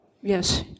Yes